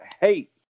hate